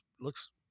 looks